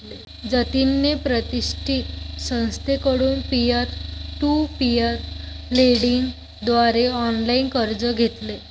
जतिनने प्रतिष्ठित संस्थेकडून पीअर टू पीअर लेंडिंग द्वारे ऑनलाइन कर्ज घेतले